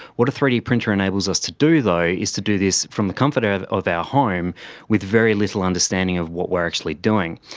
what a three d printer enables us to do though is to do this from the comfort of of our home with very little understanding of what we are actually doing.